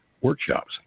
workshops